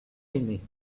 aimée